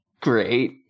Great